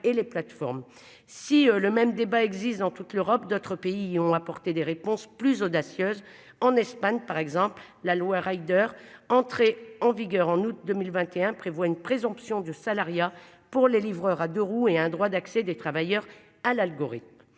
et les plateformes si le même débat existe dans toute l'Europe. D'autres pays ont apporté des réponses plus audacieuse en Espagne par exemple la loi. Entré en vigueur en août 2021 prévoit une présomption de salariat pour les livreurs à deux-roues et un droit d'accès des travailleurs à l'algorithme